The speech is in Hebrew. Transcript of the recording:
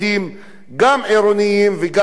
גם עירוניים וגם ממשלתיים,